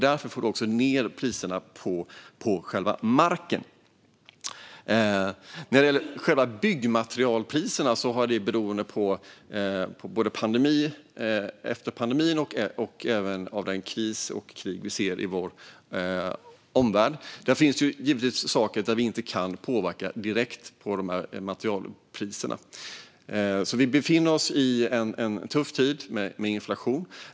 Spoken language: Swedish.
Därmed får vi också ned priserna på själva marken. När det gäller byggmaterialpriserna har de påverkats av både pandemin och den kris och det krig vi ser i vår omvärld. Det finns givetvis saker vi inte kan påverka direkt när det gäller materialpriserna. Vi befinner oss i en tuff tid, med inflation.